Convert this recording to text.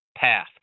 path